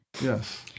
Yes